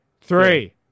three